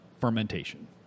fermentation